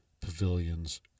Pavilion's